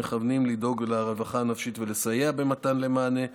המכוונים לדאוג לרווחה הנפשית ולסייע במתן מענה לתלמידים,